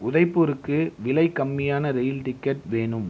உதய்பூருக்கு விலை கம்மியான rail ticket வேணும்